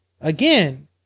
Again